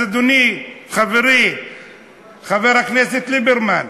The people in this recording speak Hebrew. אז, אדוני, חברי חבר הכנסת ליברמן,